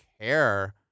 care